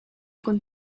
con